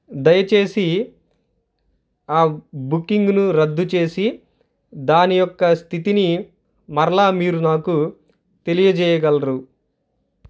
దయచేసి ఆ బుకింగ్ను రద్దు చేసి దాని యొక్క స్థితిని మరలా మీరు నాకు తెలియజేయగలరు